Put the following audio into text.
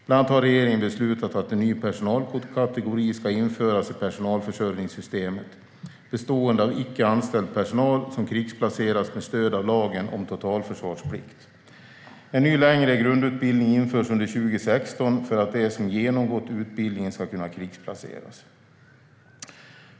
Bland annat har regeringen beslutat att en ny personalkategori ska införas i personalförsörjningssystemet, bestående av icke anställd personal som krigsplaceras med stöd av lagen om totalförsvarsplikt. En ny längre grundutbildning införs under 2016 för att de som genomgått utbildningen ska kunna krigsplaceras.